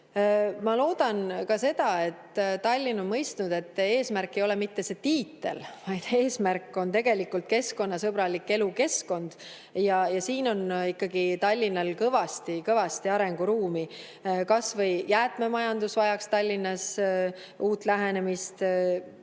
Ma loodan ka seda, et Tallinn on mõistnud, et eesmärk ei ole mitte see tiitel, vaid eesmärk on keskkonnasõbralik elukeskkond, ja siin on Tallinnal kõvasti arenguruumi. Kas või jäätmemajandus vajaks Tallinnas uut lähenemist, tasuta